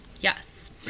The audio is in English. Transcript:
yes